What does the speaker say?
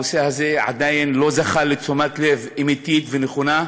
הנושא הזה עדיין לא זכה לתשומת לב אמיתית ונכונה,